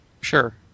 Sure